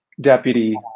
Deputy